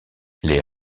les